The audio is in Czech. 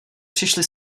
přišly